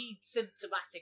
symptomatic